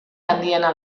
handiena